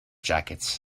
jackets